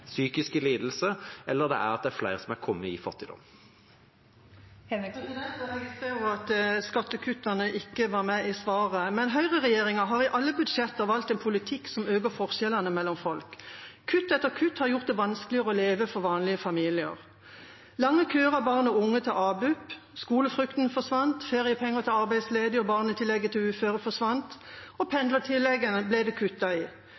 psykiske lidelser eller at det er flere som er kommet i fattigdom. Kari Henriksen – til oppfølgingsspørsmål. Jeg registrerer at skattekuttene ikke var med i svaret. Høyreregjeringa har i alle budsjetter valgt en politikk som øker forskjellene mellom folk. Kutt etter kutt har gjort det vanskeligere å leve for vanlige familier. Det er lange køer av barn og unge til Abup, skolefrukten forsvant, feriepenger til arbeidsledige og barnetillegget til uføre forsvant, og pendlertillegget ble det kuttet i.